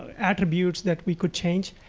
attributes that we could change,